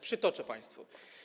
Przytoczę państwu.